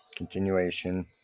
Continuation